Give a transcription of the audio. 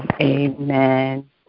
amen